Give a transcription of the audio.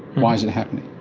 why is it happening?